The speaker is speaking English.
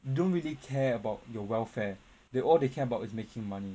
don't really care about your welfare they all they care about making money